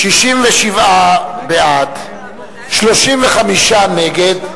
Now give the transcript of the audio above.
37 בעד, 65 נגד.